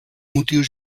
motius